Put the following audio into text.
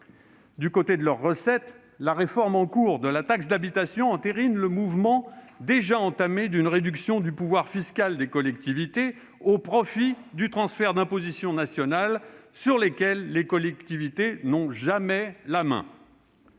Du côté des recettes, la réforme en cours de la taxe d'habitation entérine le mouvement- déjà entamé -d'une réduction du pouvoir fiscal des collectivités au profit du transfert d'impositions nationales sur lesquelles les collectivités n'ont jamais la main.